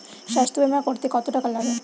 স্বাস্থ্যবীমা করতে কত টাকা লাগে?